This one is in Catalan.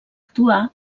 actuar